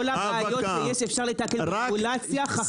כל הבעיות שיש אפשר לתקן ברגולציה חכמה.